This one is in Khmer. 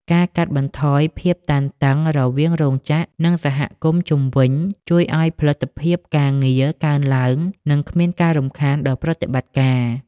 ការកាត់បន្ថយភាពតានតឹងរវាងរោងចក្រ និងសហគមន៍ជុំវិញ ជួយឱ្យផលិតភាពការងារកើនឡើង និងគ្មានការរំខានដល់ប្រតិបត្តិការ។